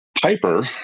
Piper